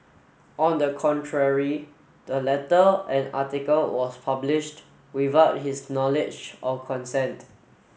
on the contrary the letter and article was published without his knowledge or consent